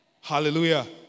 Hallelujah